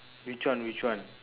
which one which one